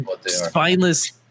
Spineless